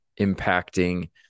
impacting